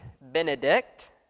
Benedict